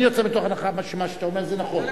אני יוצא מתוך הנחה שמה שאתה אומר זה נכון,